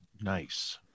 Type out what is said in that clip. Nice